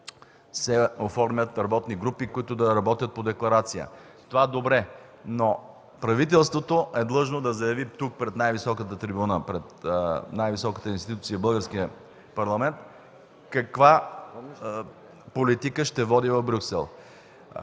се оформят работни групи, които да работят по декларация. Това, добре, но правителството е длъжно да заяви тук пред най-високата трибуна, пред най-високата институция – българският парламент, каква политика ще води в Брюксел.